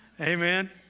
Amen